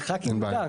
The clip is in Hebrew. לח"כים מותר.